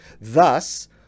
Thus